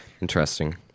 Interesting